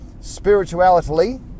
Spirituality